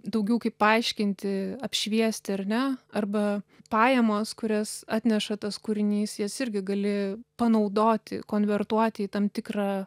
daugiau kaip paaiškinti apšviesti ar ne arba pajamos kurias atneša tas kūrinys jas irgi gali panaudoti konvertuoti į tam tikrą